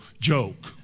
joke